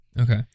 Okay